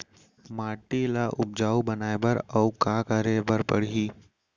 माटी ल उपजाऊ बनाए बर अऊ का करे बर परही?